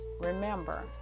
remember